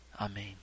Amen